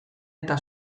eta